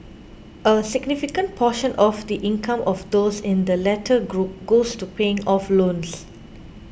a significant portion of the income of those in the latter group goes to paying off loans